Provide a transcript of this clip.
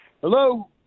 Hello